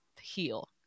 heal